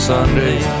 Sunday